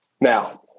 Now